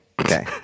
Okay